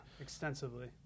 extensively